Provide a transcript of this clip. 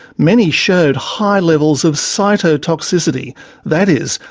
many showed high levels of cytotoxicity that is,